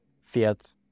fiat